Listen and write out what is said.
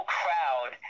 crowd